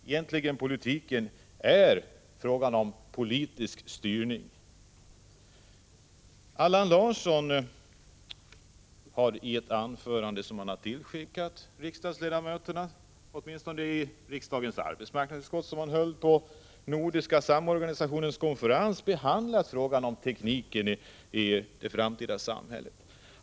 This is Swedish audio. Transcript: Egentligen är politik en fråga om styrning. Arbetsmarknadsstyrelsens chef Allan Larsson har tillsänt riksdagsledamöterna, åtminstone ledamöterna i arbetsmarknadsutskottet, ett anförande som han höll på Nordens fackliga samorganisations konferens i februari, där han behandlar frågan om tekniken i det framtida samhället.